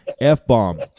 F-bomb